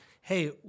hey